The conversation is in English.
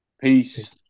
Peace